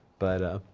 but,